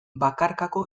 bakarkako